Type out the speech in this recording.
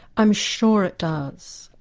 i'm sure it does.